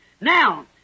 Now